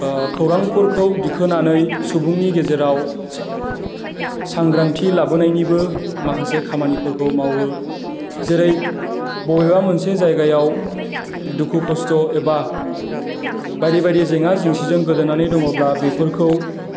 खौरांफोरखौ दिखोनानै सुबुंनि गेजेराव सांग्रांथि लाबोनायनिबो माखासे खामानिफोरखौ मावो जेरै बबेबा मोनसे जायगायाव दुखु खस्थ' एबा बायदि बायदि जेंना जेंसिजों गोदोनानै दङब्ला बेफोरखौ